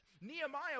Nehemiah